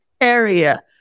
area